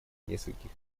нескольких